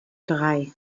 drei